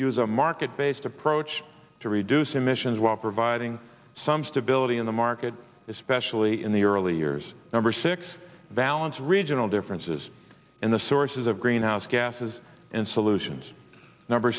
use a market based approach to reduce emissions while providing some stability in the market especially in the early years number six vallance regional differences in the sources of greenhouse gases and solutions number